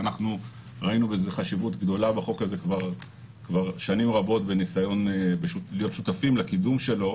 ואנחנו ראינו חשיבות גדולה בניסיון להיות שותפים לקידום החוק,